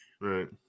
Right